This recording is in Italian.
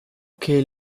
che